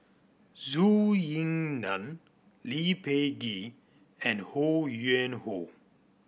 Zhou Ying Nan Lee Peh Gee and Ho Yuen Hoe